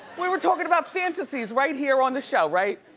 we were talking about fantasies right here on the show, right?